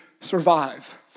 survive